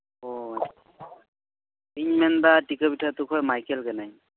ᱤᱧ ᱢᱮᱱᱫᱟ ᱴᱤᱠᱟᱹᱵᱷᱤᱴᱟᱹ ᱟᱹᱛᱩ ᱠᱷᱚᱡ ᱢᱟᱭᱠᱮᱞ ᱠᱟᱹᱱᱟᱹᱧ